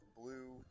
blue